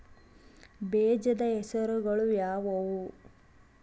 ಬೇಜದ ಹೆಸರುಗಳು ಯಾವ್ಯಾವು?